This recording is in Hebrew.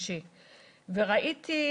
וכמו שאמרתי,